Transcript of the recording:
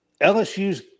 LSU's